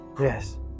Yes